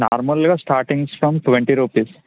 నార్మల్గా startings from twenty rupees